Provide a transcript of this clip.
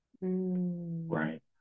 right